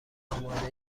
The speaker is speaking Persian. آماده